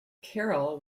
carroll